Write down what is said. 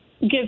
give